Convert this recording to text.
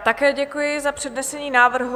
Také děkuji za přednesení návrhu.